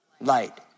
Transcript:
Light